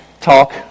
talk